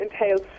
entails